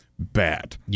Bad